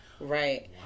Right